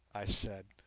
i said,